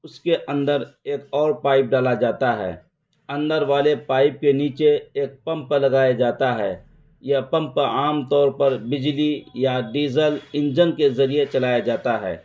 اس کے اندر ایک اور پائپ ڈالا جاتا ہے اندر والے پائپ کے نیچے ایک پمپ لگایا جاتا ہے یہ پمپ عام طور پر بجلی یا ڈیزل انجن کے ذریعے چلایا جاتا ہے